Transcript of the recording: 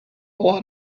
lot